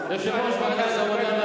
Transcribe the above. יושב-ראש ועדת העבודה,